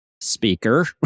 speaker